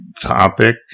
topic